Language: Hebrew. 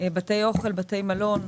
בתי אוכל, בתי מלון.